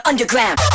Underground